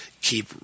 keep